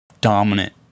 dominant